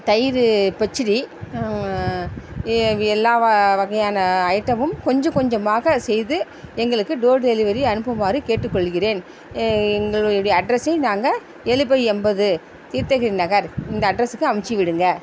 தயிர் பச்சடி எல்லா வ வகையான ஐட்டமும் கொஞ்சம் கொஞ்சமாக செய்து எங்களுக்கு டோர் டெலிவரி அனுப்புமாறு கேட்டு கொள்கின்றேன் எங்களுடைய அட்ரசை நாங்கள் ஏழு பை ஐம்பது கீர்த்தகிரி நகர் இந்த அட்ரஸுக்கு அமுச்சு விடுங்கள்